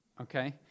okay